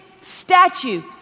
statue